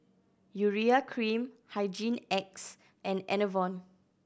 Urea Cream Hygin X and Enervon